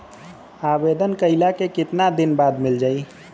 आवेदन कइला के कितना दिन बाद मिल जाई?